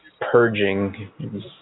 Purging